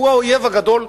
הוא האויב הגדול,